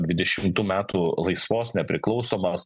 dvidešimtų metų laisvos nepriklausomos